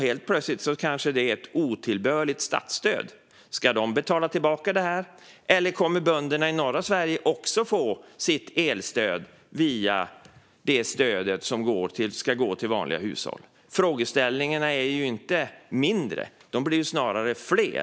Helt plötsligt kanske det är ett otillbörligt statsstöd. Ska de betala tillbaka detta, eller kommer bönderna i norra Sverige också att få sitt elstöd via det stöd som ska gå till vanliga hushåll? Frågeställningarna är inte färre, utan de blir snarare fler.